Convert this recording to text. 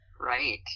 right